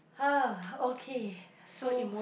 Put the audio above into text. !huh! okay so